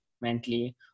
mentally